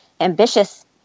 ambitious